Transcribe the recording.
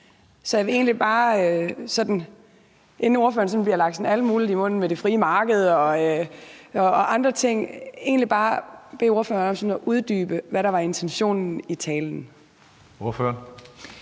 Så jeg vil egentlig bare, inden ordføreren bliver lagt alt muligt i munden med det frie marked og andre ting, bede ordføreren om at uddybe, hvad der var intentionen i talen. Kl.